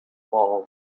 fall